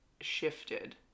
shifted